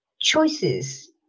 choices